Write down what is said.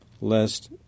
lest